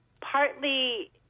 Partly